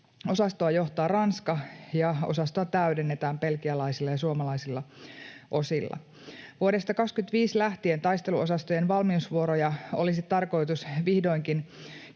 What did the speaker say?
Osastoa johtaa Ranska, ja osastoa täydennetään belgialaisilla ja suomalaisilla osilla. Vuodesta 25 lähtien taisteluosastojen valmiusvuoroja olisi tarkoitus vihdoinkin